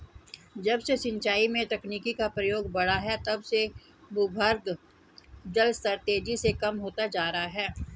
जब से सिंचाई में तकनीकी का प्रयोग बड़ा है तब से भूगर्भ जल स्तर तेजी से कम होता जा रहा है